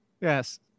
Yes